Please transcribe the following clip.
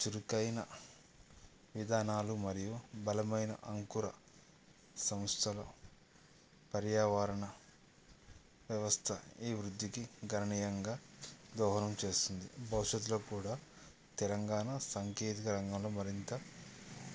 చురుకైన విధానాలు మరియు బలమైన అంకుర సంస్థలు పర్యావరణ వ్యవస్థ ఈ వృద్ధికి గణనీయంగా దోహదం చేస్తుంది భవిష్యత్తులో కూడా తెలంగాణ సాంకేతిక రంగంలో మరింత